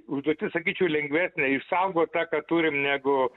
užduotis sakyčiau lengvesnė išsaugot tą ką turim negu